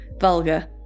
vulgar